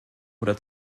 oder